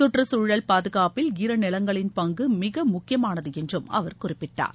சுற்றச் சூழல் பாதுகாப்பில் ஈரநிலங்களின் பங்கு மிக முக்கியமானது என்றும் அவர் குறிப்பிட்டார்